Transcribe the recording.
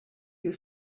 you